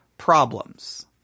problems